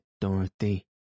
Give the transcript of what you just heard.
Dorothy